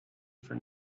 for